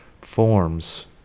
forms